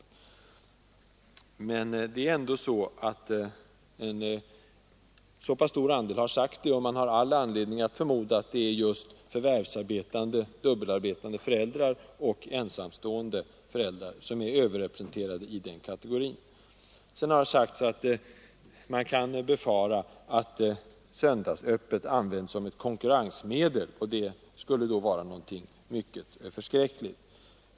Men en tämligen stor andel har ändå svarat att de inte hade kunnat handla på annan tid än söndagar. Man har anledning att förmoda att just förvärvsarbetande dubbelarbetande föräldrar och ensamstående föräldrar är överrepresenterade i den kategorin. Här har vidare sagts att man kan befara att söndagsöppet används som konkurrensmedel, och det skulle tydligen vara någonting förskräckligt.